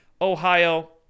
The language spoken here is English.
Ohio